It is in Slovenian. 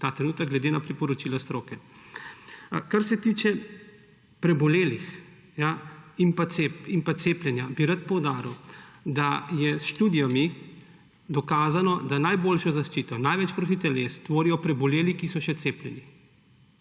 ta trenutek glede na priporočila stroke. Kar se tiče prebolelih in pa cepljenja, bi rad poudaril, da je s študijami dokazano, da je najboljša zaščita, največ protiteles tvorijo preboleli, ki so še cepljeni.